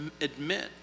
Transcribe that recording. admit